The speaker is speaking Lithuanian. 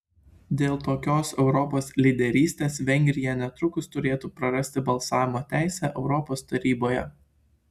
dėl tokios europos lyderystės vengrija netrukus turėtų prarasti balsavimo teisę europos taryboje